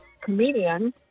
comedian